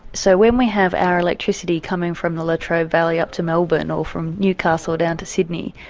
so when we have our electricity coming from the latrobe valley up to melbourne, or from newcastle down to sydney,